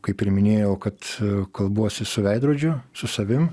kaip ir minėjau kad kalbuosi su veidrodžiu su savim